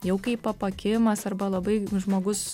jau kaip apakimas arba labai žmogus